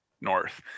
north